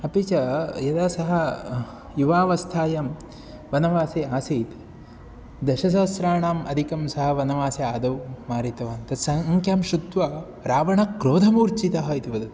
अपि च यदा सः युवावस्थायां वनवासे आसीत् दशसहस्राणाम् अधिकं सः वनवासे आदौ मारितवान् तस्सङ्ख्यां श्रुत्वा रावणः क्रोधमूर्चितः इति वदति